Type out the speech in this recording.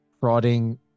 prodding